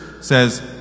says